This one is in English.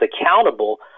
accountable